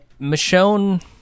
Michonne